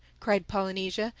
cried polynesia.